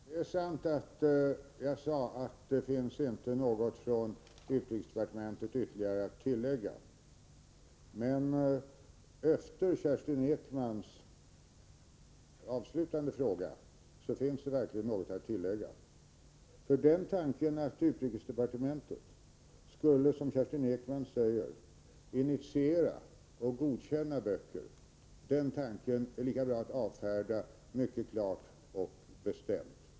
Fru talman! Det är sant att jag sade att det inte finns något ytterligare att tillägga från utrikesdepartementets sida. Men efter Kerstin Ekmans avslutande fråga finns det verkligen något att tillägga. Tanken att utrikesdepartementet skulle, som Kerstin Ekman säger, initiera och godkänna böcker, är det lika bra att avfärda mycket klart och bestämt.